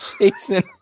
Jason